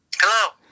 hello